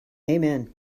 amen